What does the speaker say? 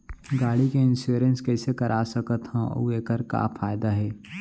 गाड़ी के इन्श्योरेन्स कइसे करा सकत हवं अऊ एखर का फायदा हे?